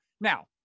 Now